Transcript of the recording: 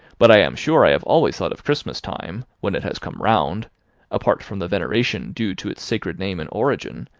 but i am sure i have always thought of christmas time, when it has come round apart from the veneration due to its sacred name and origin,